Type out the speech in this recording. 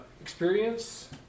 experience